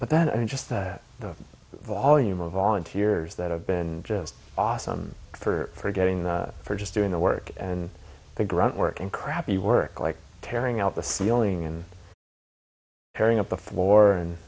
but that i mean just that the volume of volunteers that have been just awesome for getting the for just doing the work and the grunt work and crappy work like tearing out the ceiling and tearing up the floor and